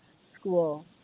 school